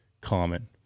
common